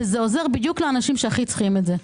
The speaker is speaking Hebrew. וזה עוזר בדיוק לאנשים שהכי צריכים את זה.